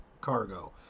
cargo